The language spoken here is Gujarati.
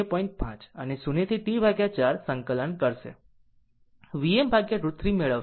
5 અને 0 થી T 4 સંકલન કરશે Vm ભાગ્યા √3 મેળવશે